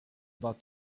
about